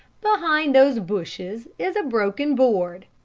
behind those bushes is a broken board.